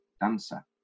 dancer